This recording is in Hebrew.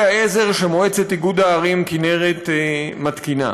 העזר שמועצת איגוד הערים כינרת מתקינה.